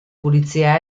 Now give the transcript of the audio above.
pulizia